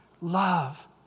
Love